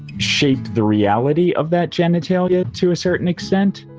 shape the reality of that genitalia to a certain extent.